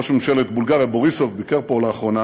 ראש ממשלת בולגריה בוריסוב ביקר פה לאחרונה,